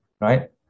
right